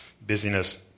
busyness